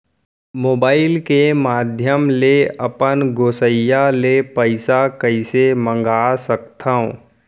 Mobile के माधयम ले अपन गोसैय्या ले पइसा कइसे मंगा सकथव?